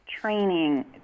training